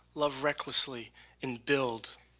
love recklessly and build.